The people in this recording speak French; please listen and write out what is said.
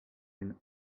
une